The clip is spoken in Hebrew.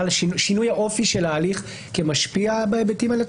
שינוי האופי של ההליך כמשפיע בהיבטים האלה?